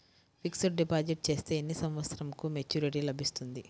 Fixed deposit చేస్తే ఎన్ని సంవత్సరంకు మెచూరిటీ లభిస్తుంది?